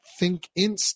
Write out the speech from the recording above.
thinkinst